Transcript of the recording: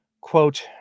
Quote